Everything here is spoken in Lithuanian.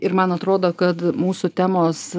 ir man atrodo kad mūsų temos